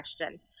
question